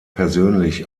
persönlich